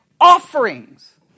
offerings